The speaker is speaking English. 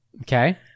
Okay